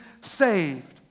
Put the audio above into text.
saved